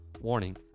Warning